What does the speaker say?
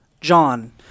john